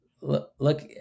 Look